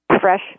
fresh